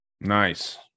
nice